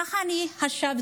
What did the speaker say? ככה אני חשבתי,